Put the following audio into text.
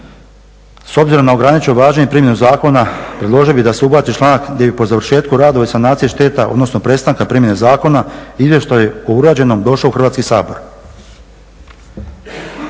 s obzirom na ograničeno važenje i primjenu zakona predložio bih da se ubaci članak gdje bi po završetku radova i sanacije šteta odnosno prestanka primjene zakona izvještaj o urađenom došao u Hrvatski sabor.